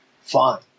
fine